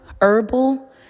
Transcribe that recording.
herbal